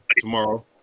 Tomorrow